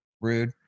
rude